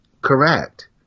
Correct